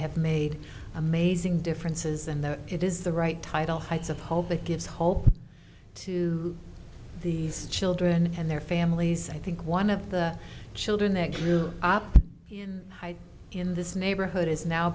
have made amazing differences and that it is the right title heights of hope that gives hope to these children and their families i think one of the children that grew up in in this neighborhood is now